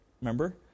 remember